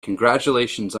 congratulations